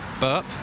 Burp